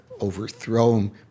overthrown